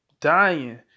dying